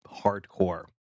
hardcore